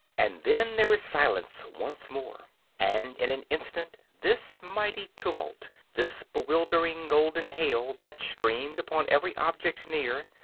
and then there is silence once more and, in an instant, this mighty tumult, this bewildering golden hail that streamed upon every object near,